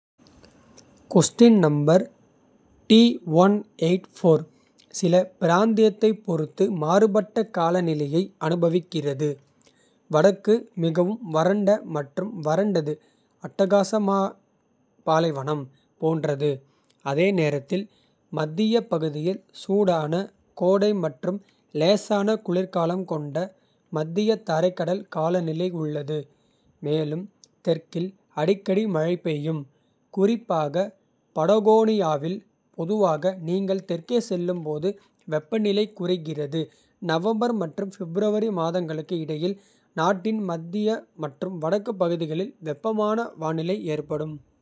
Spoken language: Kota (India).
சிலி பிராந்தியத்தைப் பொறுத்து மாறுபட்ட காலநிலையை. அனுபவிக்கிறது வடக்கு மிகவும் வறண்ட மற்றும் வறண்டது. அட்டகாமா பாலைவனம் போன்றது. அதே நேரத்தில் மத்திய பகுதியில் சூடான கோடை. மற்றும் லேசான குளிர்காலம் கொண்ட மத்திய தரைக்கடல். காலநிலை உள்ளது மேலும் தெற்கில் அடிக்கடி மழை பெய்யும். குறிப்பாக படகோனியாவில் பொதுவாக. நீங்கள் தெற்கே செல்லும்போது வெப்பநிலை குறைகிறது. நவம்பர் மற்றும் பிப்ரவரி மாதங்களுக்கு இடையில் நாட்டின். மத்திய மற்றும் வடக்கு பகுதிகளில் வெப்பமான வானிலை ஏற்படும்.